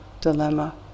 dilemma